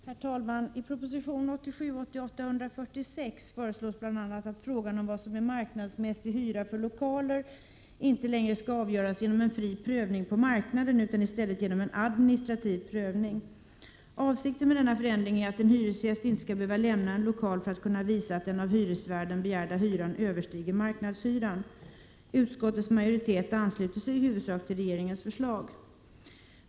Herr talman! I proposition 1987/88:146 föreslås bl.a. att frågan om vad som är marknadsmässig hyra för lokaler inte längre skall avgöras genom en fri prövning på marknaden utan i stället genom en administrativ prövning. Avsikten med denna förändring är att en hyresgäst inte skall behöva lämna en lokal för att kunna visa att den av hyresvärden begärda hyran överstiger marknadshyran. Utskottets majoritet ansluter sig i huvudsak till regeringens förslag.